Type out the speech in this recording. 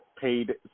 paid